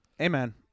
amen